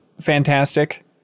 fantastic